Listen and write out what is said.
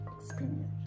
experience